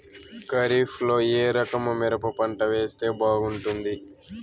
ఖరీఫ్ లో ఏ రకము మిరప పంట వేస్తే బాగుంటుంది